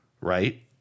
right